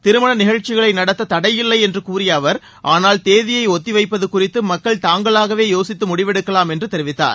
திருமண நிகழ்ச்சிகளை நடத்த தடையில்லை என்று கூறிய அவர் ஆனால் தேதியை ஒத்தி வைப்பது குறித்து மக்கள் தாங்களாகவே போசித்து முடிவெடுக்காலாம் என்று தெரிவித்தார்